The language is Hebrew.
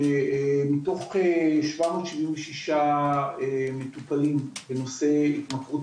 שמתוך שבע מאות שבעים ושישה מטופלים בנושא התמכרות